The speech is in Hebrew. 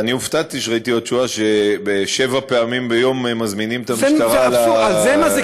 אני הופתעתי כשראיתי בתשובה ששבע פעמים ביום מזמינים את המשטרה לזיהוי.